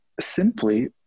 simply